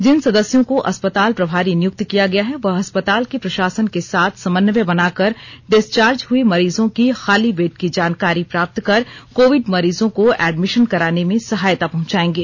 जिन सदस्यों को अस्पताल प्रभारी नियुक्त किया गया है वह अस्पताल के प्रशासन के साथ समन्वय बनाकर डिस्टचार्ज हुए मरीजों की खाली बेड की जानकारी प्राप्त कर कोविड मरीजों को एडमिशन कराने में सहायता पहुंचाएंगे